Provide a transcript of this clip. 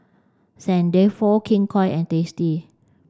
Saint Dalfour King Koil and Tasty